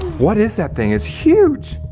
what is that thing? it's huge.